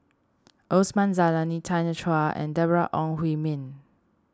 Osman Zailani Tanya Chua and Deborah Ong Hui Min